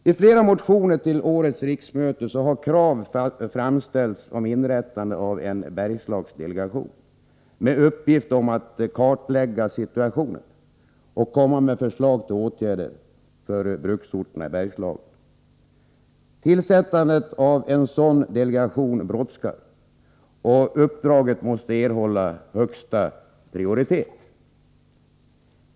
I flera motioner till årets riksmöte har krav framställts om inrättande av en Bergslagsdelegation, med uppgift att kartlägga situationen och komma med förslag till åtgärder för bruksorterna i Bergslagen. Tillsättandet av en sådan delegation brådskar och uppdraget måste erhålla högsta prioritet.